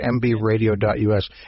mbradio.us